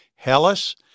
Hellas